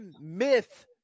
myth